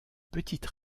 petites